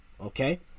okay